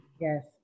Yes